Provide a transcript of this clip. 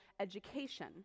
Education